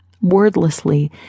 Wordlessly